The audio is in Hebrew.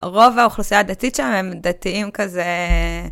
רוב האוכלוסייה הדתית שם הם דתיים כזה.